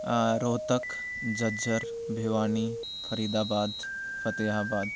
Rohtak Jhajjar Bhiwani Faridabad Fatehabad